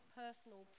personal